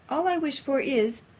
all i wish for is,